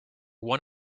one